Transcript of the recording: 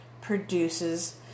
produces